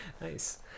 Nice